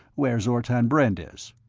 where zortan brend is.